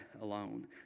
alone